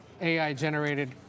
AI-generated